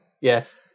Yes